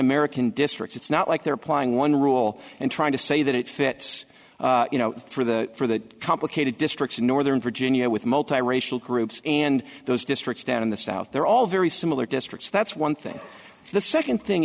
american districts it's not like they're applying one rule and trying to say that it fits you know through the complicated districts in northern virginia with multiracial groups and those districts down in the south they're all very similar districts that's one thing the second thing